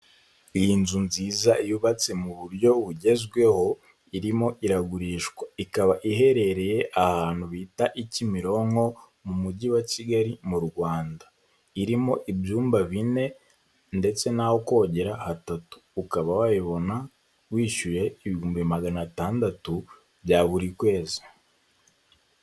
Iyi nzu nziza yubatse mu buryo bugezweho, irimo iragurishwa, ikaba iherereye ahantu bita i Kimironko mu Mujyi wa Kigali mu Rwanda, irimo ibyumba bine ndetse n'aho kogera hatatu, ukaba wayibona wishyuye ibihumbi magana atandatu bya buri kwezi.